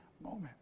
moment